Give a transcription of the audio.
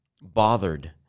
bothered